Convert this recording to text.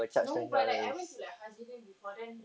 no but like I went to like haji lane before then